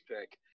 pick